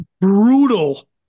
brutal